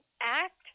act